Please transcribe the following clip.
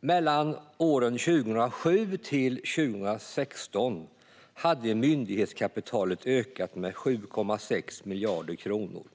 Mellan åren 2007 och 2016 hade myndighetskapitalet ökat med 7,6 miljarder kronor.